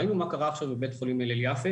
ראינו מה קרה עכשיו בבית חולים הלל יפה